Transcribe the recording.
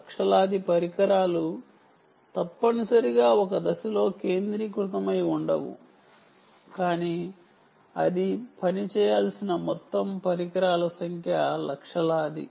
లక్షలాది పరికరాలు తప్పనిసరిగా ఒక దశలో కేంద్రీకృతమై ఉండవు కానీ అది పని చేయాల్సిన మొత్తం పరికరాల సంఖ్య లక్షలాది